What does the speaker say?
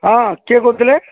ହଁ କିଏ କହୁଥିଲେ